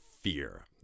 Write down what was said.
fear